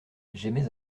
j’émets